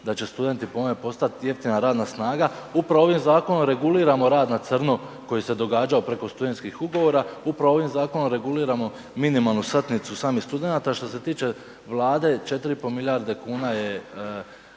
da će studenti po ovome postati jeftina radna snaga, upravo ovim zakonom reguliramo rad na crno koji se događao preko studentskih ugovora, upravo ovim zakonom reguliramo minimalnu satnicu samih studenata. A što se tiče Vlade 4,5 milijarde kuna je